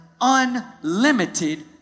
unlimited